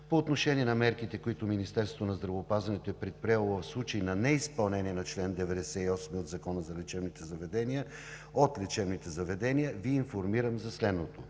По отношение на мерките, които Министерството на здравеопазването е предприело в случай на неизпълнение на чл. 98 от Закона за лечебните заведения от лечебните заведения, Ви информирам за следното: